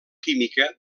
química